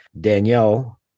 Danielle